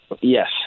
Yes